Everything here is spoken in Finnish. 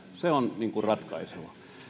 se on ratkaiseva